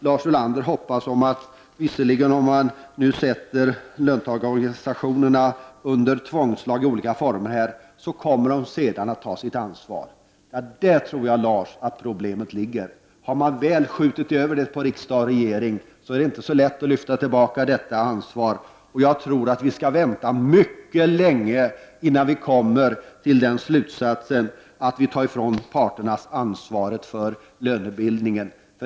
Lars Ulander hoppas att även om man nu sätter löntagarorganisationerna under tvångslag i olika former kommer de senare att ta sitt ansvar. Men där tror jag att problemet ligger. Har man väl skjutit över ansvaret på riksdag och regering är det inte så lätt att lyfta ansvaret tillbaka. Jag tror vi får vänta mycket länge innan vi kan komma till den slutsatsen att vi bör ta ifrån parterna ansvaret för lönebildningen.